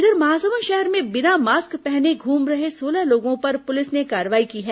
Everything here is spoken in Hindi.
इधर महासमुंद शहर में बिना मास्क पहने घूम रहे सोलह लोगों पर पुलिस ने कार्रवाई की है